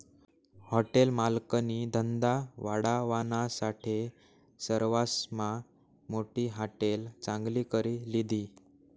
hotel मालकनी धंदा वाढावानासाठे सरवासमा मोठी हाटेल चांगली करी लिधी